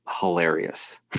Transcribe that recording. hilarious